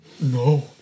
No